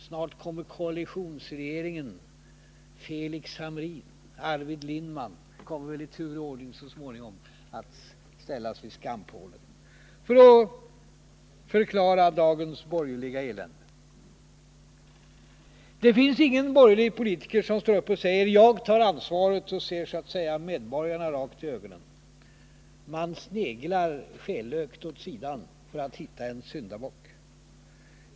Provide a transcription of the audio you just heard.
Snart blir det koalitionsregeringen, och så småningom kommer väl Felix Hamrin och Arvid Lindman att i tur och ordning ställas vid skampålen för att förklara dagens borgerliga elände. Det finns ingen borgerlig politiker som så att säga ser medborgarna rakt i ögonen och säger: Jag tar ansvaret. Man sneglar skelögt åt sidan för att hitta en syndabock.